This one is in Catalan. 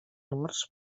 morts